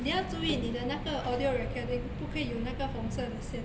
你要注意你的那个 audio recording 不可以有那个红色的线